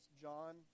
John